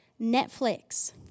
Netflix